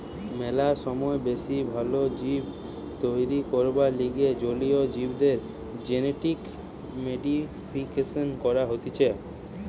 ম্যালা সময় বেশি ভাল জীব তৈরী করবার লিগে জলীয় জীবদের জেনেটিক মডিফিকেশন করা হতিছে